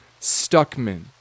Stuckman